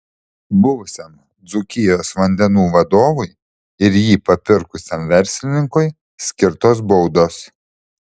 buvusiam dzūkijos vandenų vadovui ir jį papirkusiam verslininkui skirtos baudos